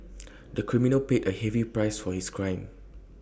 the criminal paid A heavy price for his crime